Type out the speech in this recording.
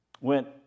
went